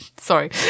Sorry